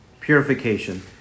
purification